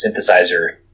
synthesizer